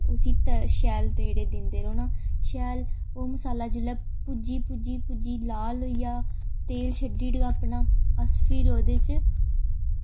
उसी शैल रेड़े दिंदे रौह्ना शैल ओह् मसाला जेल्लै भुज्जी भुज्जी भुज्जी लाल होई जा तेल छड्डी ओड़ो अपना अस फिर ओह्दे च